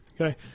Okay